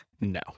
No